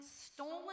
stolen